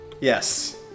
Yes